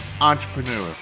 entrepreneur